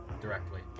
directly